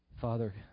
Father